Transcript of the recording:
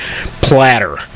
platter